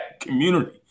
community